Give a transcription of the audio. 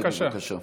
בבקשה.